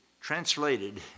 translated